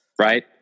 Right